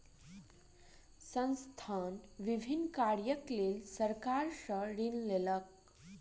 संस्थान विभिन्न कार्यक लेल सरकार सॅ ऋण लेलक